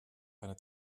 eine